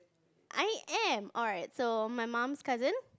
I am alright so my mom's cousin